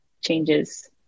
changes